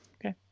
Okay